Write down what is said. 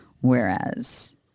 Whereas